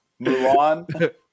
Mulan